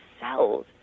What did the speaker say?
cells